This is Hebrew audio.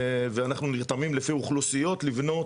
ואנחנו נרתמים לפי אוכלוסיות לבנות